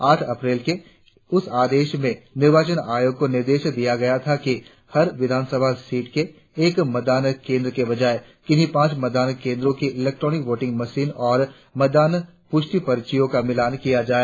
आठ अप्रैल के उस आदेश में निर्वाचन आयोग को निर्देश दिया गया था कि हर विधानसभा सीट के एक मतदान केंद्र के बजाए किन्हीं पांच मतदान केंद्रों की इलैक्ट्रॉनिक वोटिंग मशीनों और मतदान पुष्टि पर्चियों का मिलान किया जाए